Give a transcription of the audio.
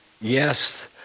Yes